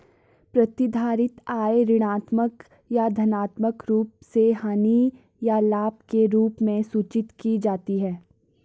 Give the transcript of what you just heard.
प्रतिधारित आय ऋणात्मक या धनात्मक रूप से हानि या लाभ के रूप में सूचित की जाती है